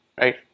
right